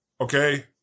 Okay